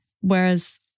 whereas